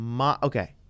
Okay